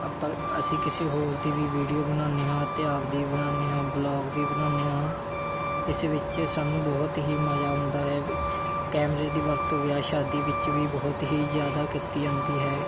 ਆਪਾਂ ਅਸੀਂ ਕਿਸੇ ਹੋਰ ਦੀ ਵੀ ਵੀਡੀਓ ਬਣਾਉਂਦੇ ਹਾਂ ਅਤੇ ਆਪਦੀ ਵੀ ਬਣਾਉਂਦੇ ਹਾਂ ਵਲੋਗ ਵੀ ਬਣਾਉਂਦੇ ਹਾਂ ਇਸ ਵਿੱਚ ਸਾਨੂੰ ਬਹੁਤ ਹੀ ਮਜ਼ਾ ਆਉਂਦਾ ਹੈ ਕੈਮਰੇ ਦੀ ਵਰਤੋਂ ਵਿਆਹ ਸ਼ਾਦੀ ਵਿੱਚ ਵੀ ਬਹੁਤ ਹੀ ਜ਼ਿਆਦਾ ਕੀਤੀ ਜਾਂਦੀ ਹੈ